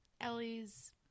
Ellie's